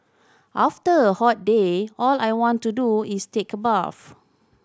after a hot day all I want to do is take a bath